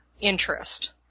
interest